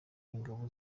ingabo